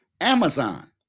Amazon